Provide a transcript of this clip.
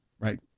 right